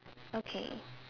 okay